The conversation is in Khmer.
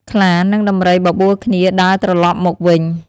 ខ្លា និងដំរីបបួលគ្នាដើរត្រឡប់មកវិញ